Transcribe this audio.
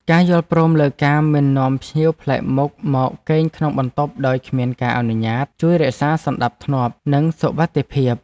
ការយល់ព្រមលើការមិននាំភ្ញៀវប្លែកមុខមកគេងក្នុងបន្ទប់ដោយគ្មានការអនុញ្ញាតជួយរក្សាសណ្តាប់ធ្នាប់និងសុវត្ថិភាព។